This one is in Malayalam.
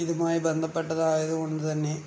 ഇതുമായി ബന്ധപ്പെട്ടതായത് കൊണ്ട് തന്നെ